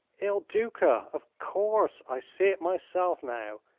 il duca? of course! i see it myself, now.